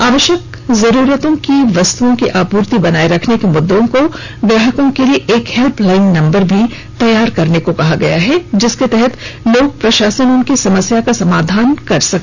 आवश्यक जरूरत की वस्तुओं की आपूर्ति बनाए रखने के मुद्दों पर ग्राहकों के लिए एक हेल्प लाइन नंबर भी तैयार करने को कहा गया है जिसके तहत लोक प्रशासन उनकी समस्या का समाधान कर सके